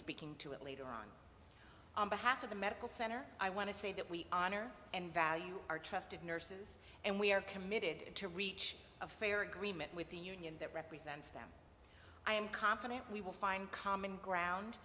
speaking to it later on on behalf of the medical center i want to say that we honor and value our trusted nurses and we are committed to reach a fair agreement with the union that represents them i am confident we will find common ground